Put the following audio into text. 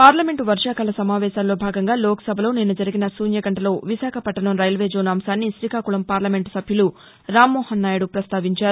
parliament వర్వాకాల సమావేశాల్లో భాగంగా లోక్ సభలో నిన్న జరిగిన శూన్యగంటలో విశాఖపట్లణం రైల్వేజోన్ అంశాన్ని రీకాకుళం పార్లమెంట్ సభ్యులు రామ్మోహన్ నాయుడు పస్తావించారు